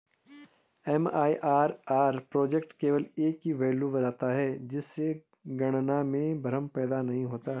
MIRR project केवल एक ही वैल्यू बताता है जिससे गणना में भ्रम पैदा नहीं होता है